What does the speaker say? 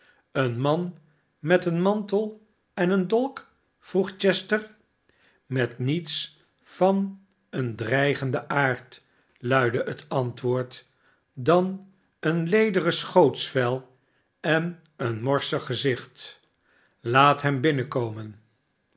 een man met een mantel en een dolk vroeg chester met niets van een dreigenden aard luidde het antwoord dan een lederen schootsvel en een morsig gezicht laat hem binnenkomen